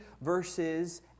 verses